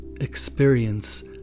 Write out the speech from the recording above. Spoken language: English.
Experience